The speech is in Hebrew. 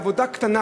עבודה קטנה,